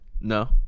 No